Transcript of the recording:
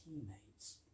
teammates